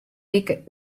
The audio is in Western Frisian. wike